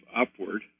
upward